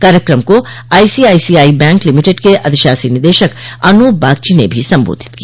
कार्यक्रम को ICICI bank limited के अधिशासी निदेशक अनूप बागची ने भी संबोधित किया